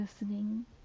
Listening